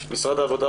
משרד העבודה,